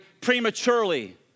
prematurely